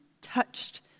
touched